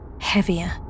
heavier